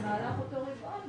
במהלך אותו רבעון,